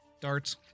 darts